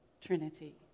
Trinity